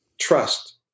trust